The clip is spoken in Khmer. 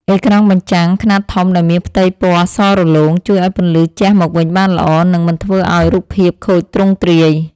អេក្រង់បញ្ចាំង ខ្នាតធំដែលមានផ្ទៃពណ៌សរលោង ជួយឱ្យពន្លឺជះមកវិញបានល្អ និងមិនធ្វើឱ្យរូបភាពខូចទ្រង់ទ្រាយ។